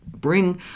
bring